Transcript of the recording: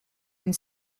and